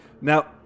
Now